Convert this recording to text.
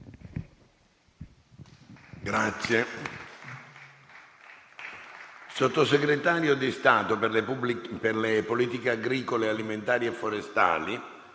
*sottosegretario di Stato per le politiche agricole alimentari e forestali*.